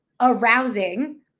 arousing